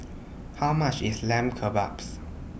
How much IS Lamb Kebabs